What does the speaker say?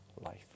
life